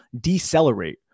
decelerate